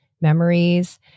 memories